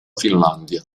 finlandia